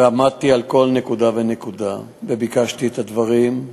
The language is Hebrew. ועמדתי על כל נקודה ונקודה, וביקשתי את הדברים,